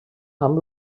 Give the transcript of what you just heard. amb